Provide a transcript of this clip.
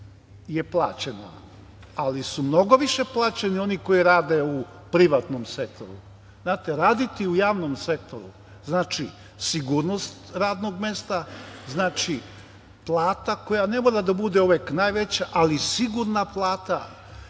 je plaćena, ali su mnogo više plaćeni oni koji rade u privatnom sektoru. Znate, raditi u javnom sektoru znači sigurnost radnog mesta, znači plata koja ne mora da bude uvek najveća, ali sigurna plata